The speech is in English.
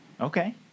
Okay